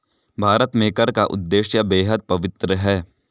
भारत में कर का उद्देश्य बेहद पवित्र है